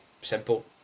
simple